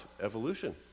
evolution